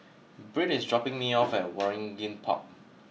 Britt is dropping me off at Waringin Park